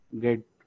get